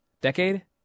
Decade